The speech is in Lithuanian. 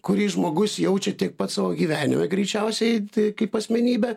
kurį žmogus jaučia tiek pats savo gyvenime greičiausiai tai kaip asmenybė